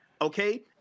okay